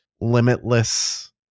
limitless